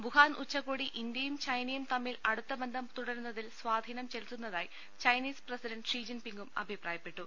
Wuhan ഉച്ചകോടി ഇന്ത്യയും ചൈനയും തമ്മിൽ അടുത്ത ബന്ധ ം തുടരുന്നതിൽ സ്വാധീനം ചെലുത്തുന്നതായി ചൈനീസ് പ്രസി ഷീജിൻപിങ്ങും അഭിപ്രായപ്പെട്ടു